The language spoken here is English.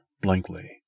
blankly